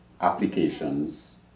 applications